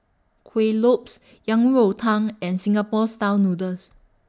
Kueh Lopes Yang Rou Tang and Singapore Style Noodles